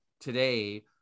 today